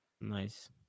Nice